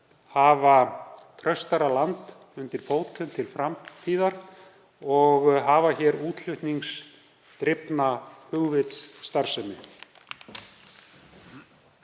hafa traustara land undir fótum til framtíðar og hafa útflutningsdrifna hugvitsstarfsemi.